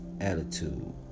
Attitude